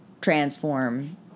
transform